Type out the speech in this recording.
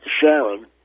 Sharon